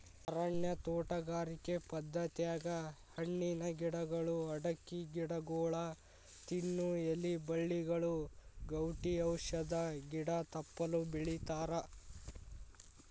ಅರಣ್ಯ ತೋಟಗಾರಿಕೆ ಪದ್ಧತ್ಯಾಗ ಹಣ್ಣಿನ ಗಿಡಗಳು, ಅಡಕಿ ಗಿಡಗೊಳ, ತಿನ್ನು ಎಲಿ ಬಳ್ಳಿಗಳು, ಗೌಟಿ ಔಷಧ ಗಿಡ ತಪ್ಪಲ ಬೆಳಿತಾರಾ